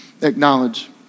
acknowledge